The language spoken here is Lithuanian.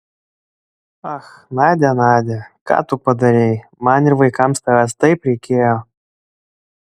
ach nadia nadia ką tu padarei man ir vaikams tavęs taip reikėjo